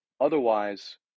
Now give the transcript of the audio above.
otherwise